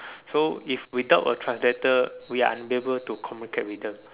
so if we talk with translator we are unable to communicate with them